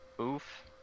Oof